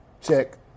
check